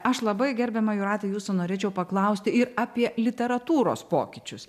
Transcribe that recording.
aš labai gerbiama jūrate jūsų norėčiau paklausti ir apie literatūros pokyčius